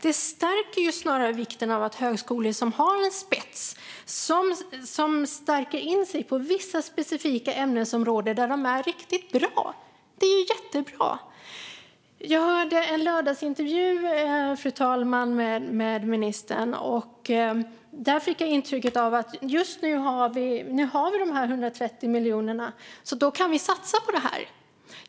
Det stärker snarare vikten av att ha högskolor som har en spets och som riktar in sig på vissa specifika ämnesområden där de är riktigt bra. Det är jättebra. Fru talman! Jag hörde en lördagsintervju med ministern. Intrycket jag fick var: "Nu har vi de 130 miljonerna, och då kan vi satsa på det här."